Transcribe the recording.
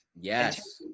Yes